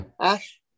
Ash